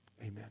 Amen